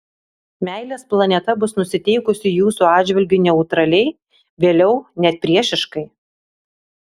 meilės planeta bus nusiteikusi jūsų atžvilgiu neutraliai vėliau net priešiškai